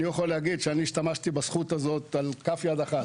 אני יכול להגיד שאני השתמשתי בזכות הזאת על כף יד אחת.